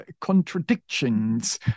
contradictions